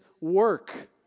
work